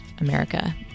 America